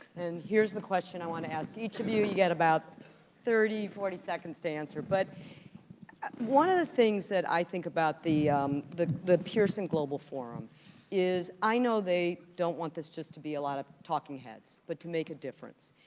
and here's the question i want to ask each of you. you get about thirty, forty seconds to answer, but one of the things that i think about the the pearson global forum is i know they don't want this just to be a lot of talking heads, but to make a difference,